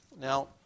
Now